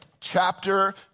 Chapter